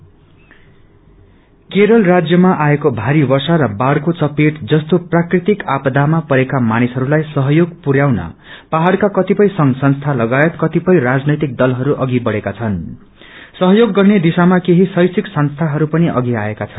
help Kerala राज्यमा आएक्रो भारी वष्प र बाढ़को चपेटमा जस्तो प्राकृतिक आपदामा परेका मानिसहरूलाई सहयोग पुरयाउन पहाइका कतिपय संव संसी लगायत विगिजन्न राजनैतिक दलहरू अधि बढ़ेका छन्नू सहयो गर्ने दिशामा केही शैषिक संस्थाहरू पनि अँधि आएका छन्